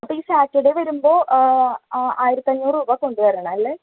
അപ്പോൾ ഈ സാറ്റർഡേ വരുമ്പോൾ ആ ആയിരത്തഞ്ഞൂറു രൂപ കൊണ്ടുവരണം അല്ലെ